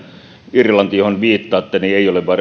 irlanti johon viittaatte ei ole